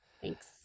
Thanks